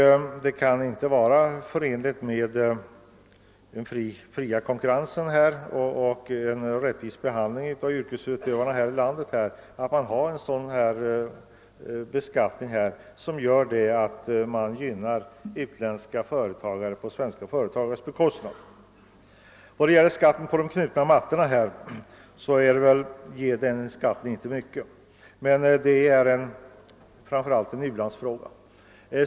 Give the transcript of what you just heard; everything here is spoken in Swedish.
Det kan inte vara förenligt med den fria konkurrensen och en rättvis behandling av yrkesutövarna här i landet, att man har en sådan här beskattning som innebär att man gynnar utländska företagare på svenska företagares bekostnad. Vad beträffar skatten på de knutna mattorna ger den inte mycket. Men det är framför allt en u-landsfråga.